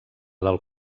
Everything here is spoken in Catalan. del